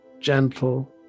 gentle